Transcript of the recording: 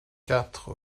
quatre